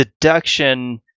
deduction